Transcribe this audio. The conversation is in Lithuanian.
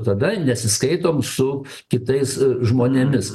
tada nesiskaitom su kitais žmonėmis